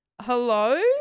Hello